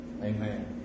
amen